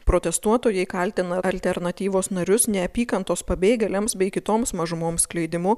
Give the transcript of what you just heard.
protestuotojai kaltina alternatyvos narius neapykantos pabėgėliams bei kitoms mažumoms skleidimu